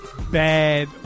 bad